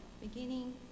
beginning